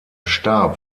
starb